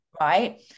Right